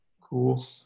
Cool